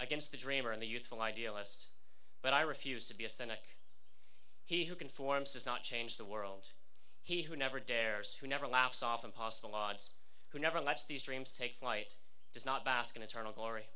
against the dreamer and the youthful idealist but i refuse to be a cynic he who can form says not change the world he who never dares to never laughs off impossible odds who never lets these dreams take flight does not baskin turn a glory